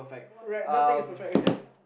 right nothing is perfect